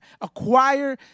acquire